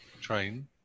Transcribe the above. train